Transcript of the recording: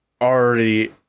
already